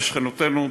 בשכנותנו,